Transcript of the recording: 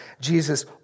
Jesus